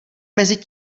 mezi